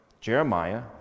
Jeremiah